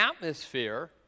atmosphere